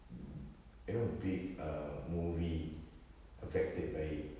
mm you know big err movie affected by